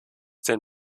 den